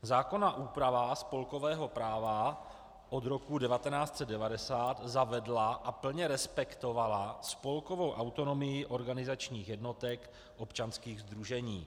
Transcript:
Zákonná úprava spolkového práva od roku 1990 zavedla a plně respektovala spolkovou autonomii organizačních jednotek občanských sdružení.